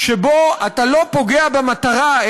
שבו אתה לא פוגע במטרה,